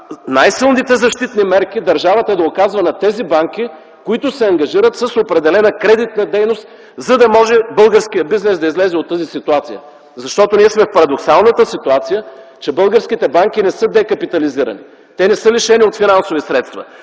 най-силните защитни мерки държавата да оказва на тези банки, които се ангажират с определена кредитна дейност, за да може българският бизнес да излезе от тази ситуация. Защото ние сме в парадоксалната ситуация, че българските банки не са декапитализирани. Те не са лишени от финансови средства.